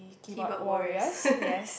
keyboard warriors